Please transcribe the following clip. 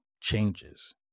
changes